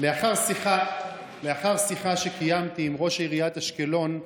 לאחר שיחה שקיימתי עם ראש עיריית אשקלון,